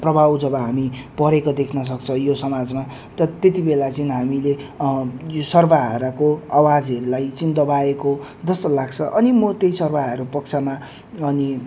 प्रभाव जब हामी परेको देख्न सक्छ यो समाजमा त त्यति बेला चाहिँ हामीले यो सर्वहाराको आवाजहरूलाई चाहिँ दबाएको जस्तो लाग्छ अनि म त्यही सर्वहारा पक्षमा अनि